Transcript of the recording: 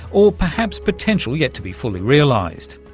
or perhaps potential yet to be fully realised.